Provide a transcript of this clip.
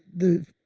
the,